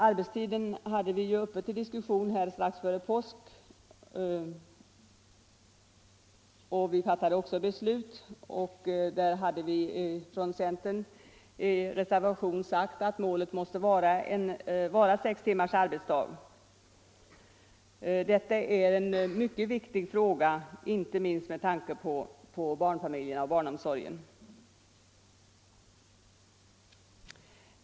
Arbetstiden hade vi uppe till diskussion här strax före påsk, och vi fattade också beslut. Där hade centern i reservation sagt att målet måste vara sex timmars arbetsdag. Detta är en mycket viktig fråga inte minst med tanke på barnfamiljerna och barnomsorgen.